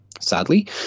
sadly